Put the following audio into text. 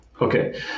Okay